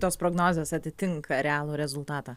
tos prognozės atitinka realų rezultatą